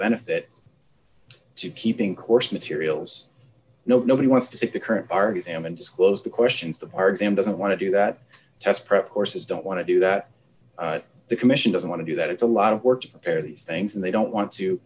benefit two keeping course materials no nobody wants to take the current bar exam and disclose the questions that are exam doesn't want to do that test prep courses don't want to do that the commission doesn't want to do that it's a lot of work to prepare these things and they don't want to